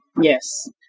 Yes